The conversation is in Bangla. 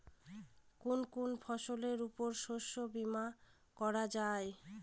কোন কোন ফসলের উপর শস্য বীমা করা যায়?